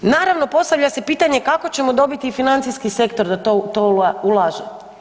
Naravno, postavlja se pitanje kako ćemo dobiti i financijski sektor da u to ulaže.